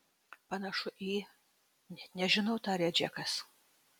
panašu į net nežinau tarė džekas